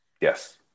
Yes